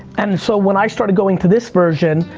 and so when i started going to this version.